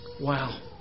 wow